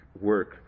work